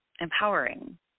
Empowering